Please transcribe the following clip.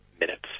minutes